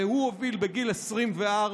שהוא הוביל בגיל 24,